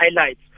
highlights